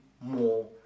more